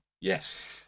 Yes